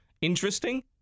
interesting